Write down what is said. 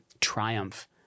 triumph